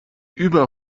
über